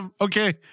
okay